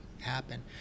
happen